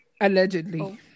allegedly